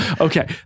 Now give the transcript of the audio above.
Okay